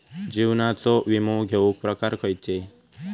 जीवनाचो विमो घेऊक प्रकार खैचे?